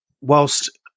whilst